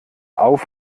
auf